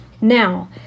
Now